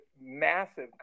massive